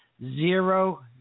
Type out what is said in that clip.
zero